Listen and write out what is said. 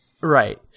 Right